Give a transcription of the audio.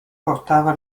portava